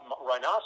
Rhinoceros